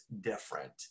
different